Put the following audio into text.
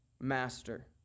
master